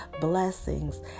blessings